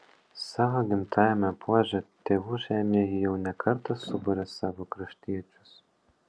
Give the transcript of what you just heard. savo gimtajame puože tėvų žemėje ji jau ne kartą suburia savo kraštiečius